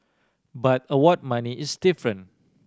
but award money is different